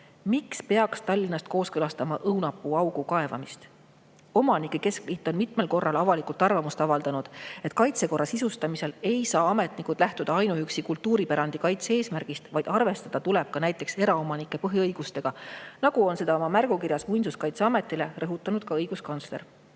Miks peaks Tallinnast kooskõlastama õunapuuaugu kaevamist? Omanike keskliit on mitmel korral avalikult arvamust avaldanud, et kaitsekorra sisustamisel ei saa ametnikud lähtuda ainuüksi kultuuripärandi kaitse-eesmärgist, vaid arvestada tuleb ka näiteks eraomanike põhiõigustega, nagu seda on rõhutanud ka õiguskantsler